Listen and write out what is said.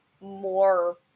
more